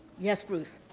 yes, bruce.